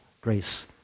grace